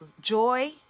joy